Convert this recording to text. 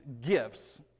gifts